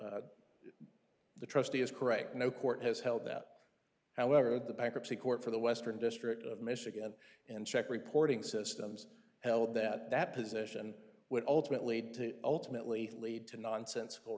the trustee is correct no court has held that however the bankruptcy court for the western district of michigan and check reporting systems held that position would ultimately lead to ultimately lead to nonsensical